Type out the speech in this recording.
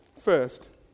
first